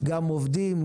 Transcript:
גם עובדים,